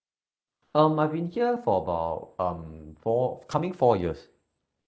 um I've been here for about um four coming four years